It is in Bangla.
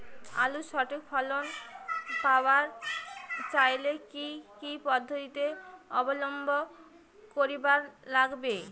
আলুর সঠিক ফলন পাবার চাইলে কি কি পদ্ধতি অবলম্বন করিবার লাগবে?